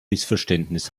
missverständnis